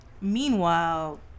Meanwhile